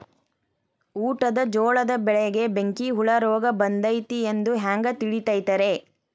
ಊಟದ ಜೋಳದ ಬೆಳೆಗೆ ಬೆಂಕಿ ಹುಳ ರೋಗ ಬಂದೈತಿ ಎಂದು ಹ್ಯಾಂಗ ತಿಳಿತೈತರೇ?